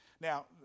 Now